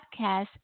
podcast